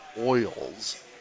oils